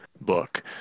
book